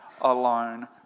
alone